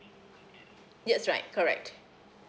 yes right correct